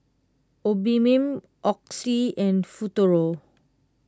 Obimin Oxy and Futuro